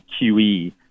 QE